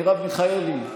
מרב מיכאלי,